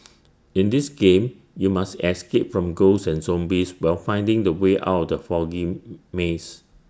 in this game you must escape from ghosts and zombies while finding the way out the foggy maze